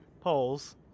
polls